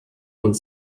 und